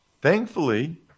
Thankfully